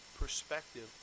perspective